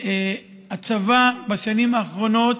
בשנים האחרונות